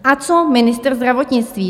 A co ministr zdravotnictví?